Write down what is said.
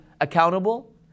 accountable